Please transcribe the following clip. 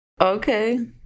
Okay